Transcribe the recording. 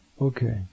Okay